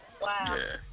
Wow